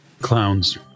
clowns